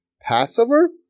Passover